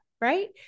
right